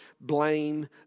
blame